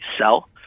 sell